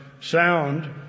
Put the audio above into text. sound